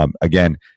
Again